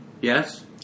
Yes